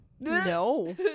no